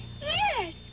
Yes